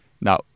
Now